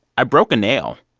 i broke a nail